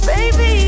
Baby